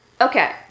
Okay